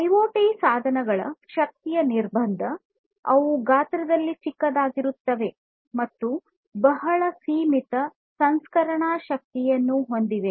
IoT ಸಾಧನಗಳು ಶಕ್ತಿಯ ನಿರ್ಬಂಧ ಆಗಿವೆ ಅವು ಗಾತ್ರದಲ್ಲಿ ಚಿಕ್ಕದಾಗಿರುತ್ತವೆ ಮತ್ತು ಬಹಳ ಸೀಮಿತ ಸಂಸ್ಕರಣಾ ಶಕ್ತಿಯನ್ನು ಹೊಂದಿವೆ